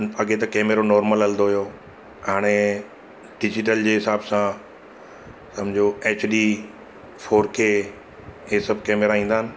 अॻे त कैमरो नोर्मल हलंदो हुयो हाणे डिजीटल जे हिसाब सां सम्झो एच डी फोर के इहे सभु कैमेरा ईंदा आहिनि